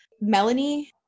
melanie